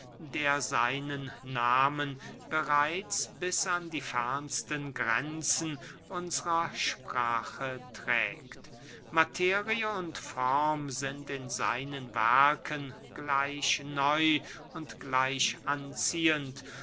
der seinen nahmen bereits bis an die fernsten grenzen unsrer sprache trägt materie und form sind in seinen werken gleich nett und anziehend